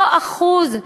אותו אחוז,